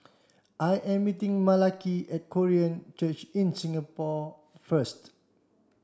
I am meeting Malaki at Korean Church in Singapore first